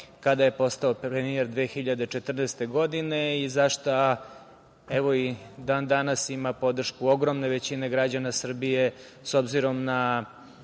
kada je postao premijer 2014. godine i za šta i dan danas ima podršku ogromne većine građana Srbije, s obzirom na